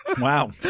Wow